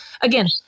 Again